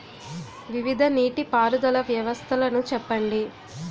వివిధ నీటి పారుదల వ్యవస్థలను చెప్పండి?